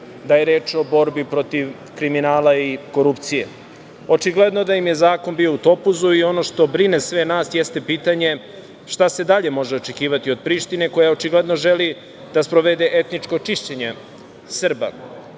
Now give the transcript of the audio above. da je reč o borbi protiv kriminala i korupcije. Očigledno da im je zakon bio u topuzu i ono što brine sve nas, jeste pitanje - šta se dalje može očekivati o Prištine koja očigledno želi da sprovede etničko čišćenje Srba